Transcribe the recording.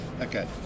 Okay